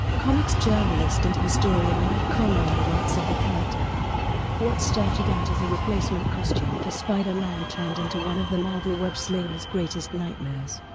comics journalist and historian mike conroy writes of the character what started out as a replacement costume for spider-man turned into one of the marvel web-slinger's greatest nightmares.